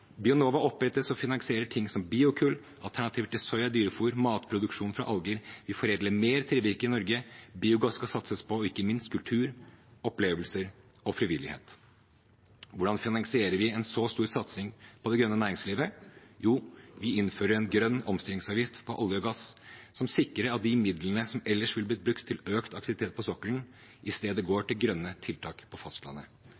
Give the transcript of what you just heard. Bionova opprettes og finansierer ting som biokull, alternativer til soya og dyrefôr og matproduksjon fra alger. Vi foredler mer trevirke i Norge, biogass skal satses på, og ikke minst kultur, opplevelser og frivillighet. Hvordan finansierer vi en så stor satsing på det grønne næringslivet? Jo, vi innfører en grønn omstillingsavgift på olje og gass, som sikrer at de midlene som ellers ville blitt brukt til økt aktivitet på sokkelen, i stedet